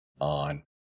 on